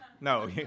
no